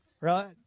right